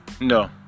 No